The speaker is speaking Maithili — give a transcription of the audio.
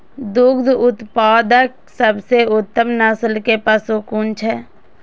दुग्ध उत्पादक सबसे उत्तम नस्ल के पशु कुन छै?